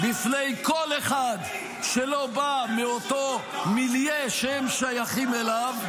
בפני כל אחד שלא בא מאותו מילייה שהם שייכים אליו,